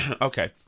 Okay